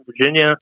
Virginia